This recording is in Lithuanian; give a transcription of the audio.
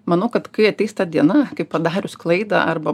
manau kad kai ateis ta diena kai padarius klaidą arba